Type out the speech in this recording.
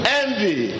envy